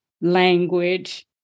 language